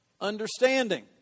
understanding